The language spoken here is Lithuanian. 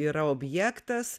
yra objektas